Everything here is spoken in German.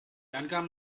angaben